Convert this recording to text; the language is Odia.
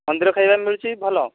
ମନ୍ଦିର ଖାଇବା ମିଳୁଛି ଭଲ